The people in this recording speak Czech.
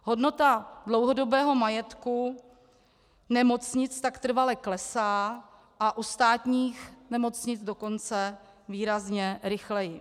Hodnota dlouhodobého majetku nemocnic tak trvale klesá a u státních nemocnic, dokonce výrazně rychleji.